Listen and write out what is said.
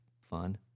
fun